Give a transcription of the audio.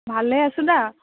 ভালে আছোঁ দা